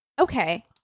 Okay